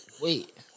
wait